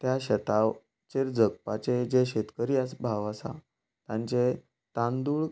त्या शेताचेर जगपाचे जे शेतकरी आसा भाव आसा तांचे तांदूळ